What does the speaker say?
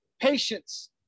patience